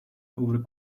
over